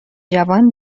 جوان